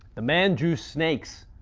the man drew snakes.